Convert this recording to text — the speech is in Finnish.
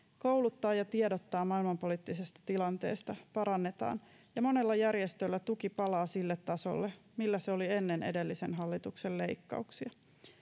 kouluttaa ja tiedottaa maailmanpoliittisesta tilanteesta parannetaan ja monella järjestöllä tuki palaa sille tasolle millä se oli ennen edellisen hallituksen leikkauksia